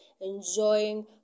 enjoying